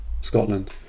Scotland